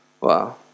Wow